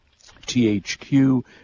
THQ